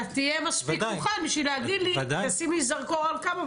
אתה תהיה מספיק מוכן בשביל להגיד לי: תשימי זרקור על כב"ה,